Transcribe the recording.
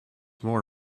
more